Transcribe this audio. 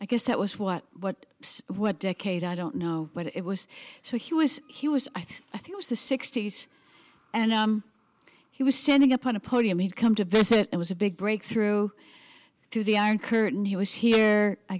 i guess that was what what what decade i don't know but it was so he was he was i think was the sixty's and i am he was standing up on a podium he'd come to visit it was a big break through to the iron curtain he was here i